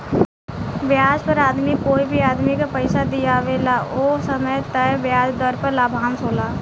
ब्याज पर आदमी कोई भी आदमी के पइसा दिआवेला ओ समय तय ब्याज दर पर लाभांश होला